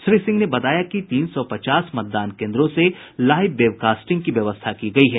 श्री सिंह ने बताया कि तीन सौ पचास मतदान कोन्द्रों से लाईव वेबकास्टिंग की व्यवस्था की गयी है